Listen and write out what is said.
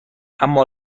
اما